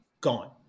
gone